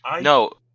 No